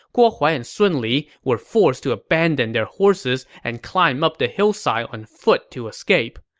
guo huai and sun li were forced to abandon their horses and climb up the hillside on foot to escape.